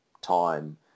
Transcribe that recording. time